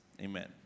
amen